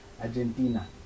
Argentina